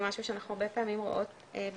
זה משהו שאנחנו הרבה פעמים רואות בפניות,